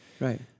Right